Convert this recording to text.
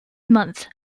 month